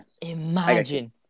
imagine